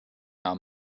how